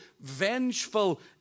vengeful